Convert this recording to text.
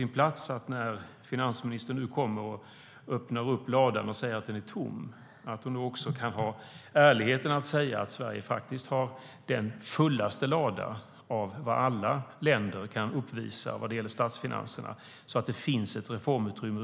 När finansministern nu kommer och öppnar upp ladan och säger att den är tom tycker jag kanske att det vore på sin plats att ha ärligheten att säga att Sverige faktiskt har den fullaste ladan av alla länder när det gäller statsfinanserna. Det finns över huvud taget ett reformutrymme.